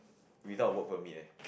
without work permit eh